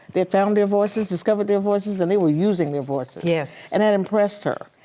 they had found their voices, discovered their voices and they were using their voices. yes. and that impressed her.